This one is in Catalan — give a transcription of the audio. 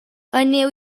aneu